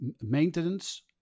maintenance